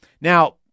Now